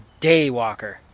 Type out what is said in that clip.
daywalker